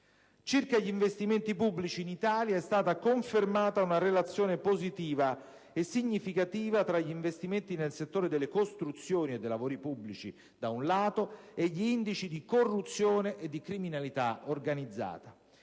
Circa gli investimenti pubblici, in Italia è stata confermata una relazione positiva e significativa tra gli investimenti nel settore delle costruzioni e dei lavori pubblici, da un lato, e gli indici di corruzione e di criminalità organizzata,